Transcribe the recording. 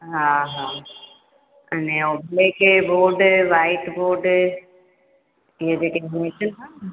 हा हा अञा ब्लैक बोड व्हाइट बोड इहे जेके हिन में अचनि था न